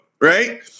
right